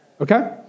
Okay